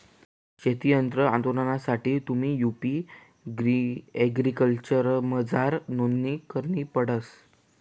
शेती यंत्र अनुदानसाठे तुम्हले यु.पी एग्रीकल्चरमझार नोंदणी करणी पडस